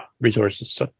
resources